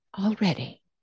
already